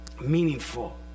meaningful